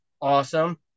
awesome